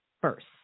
first